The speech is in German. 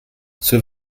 zur